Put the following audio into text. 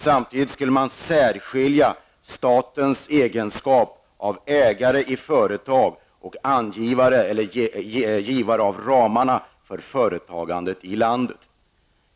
Samtidigt skulle man särskilja staten i dess egenskap av ägare i företag och givare av ramarna för företagandet i landet.